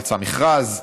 יצא מכרז,